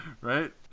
Right